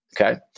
Okay